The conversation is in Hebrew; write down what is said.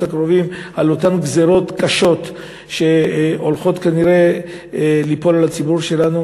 הקרובים על אותן גזירות קשות שהולכות כנראה ליפול על הציבור שלנו.